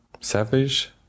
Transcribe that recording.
savage